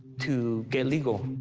to get legal.